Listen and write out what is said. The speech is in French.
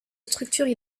structures